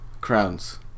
Crowns